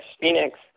Phoenix